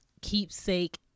keepsake